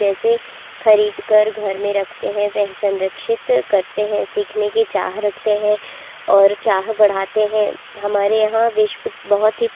जैसे खरीदकर घर में रखते हैं वह संरक्षित करते हैं सीखने की चाह रखते हैं और चाह बढ़ाते हैं हमारे यहाँ बहुत ही